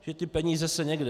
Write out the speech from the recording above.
Že ty peníze se někde...